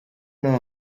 know